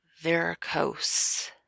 varicose